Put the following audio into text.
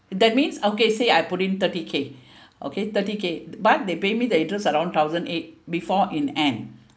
that means okay say I put in thirty k okay thirty k but they pay me the interest around thousand eight before in end